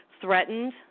threatened